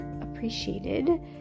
appreciated